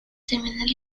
terminar